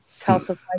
Calcified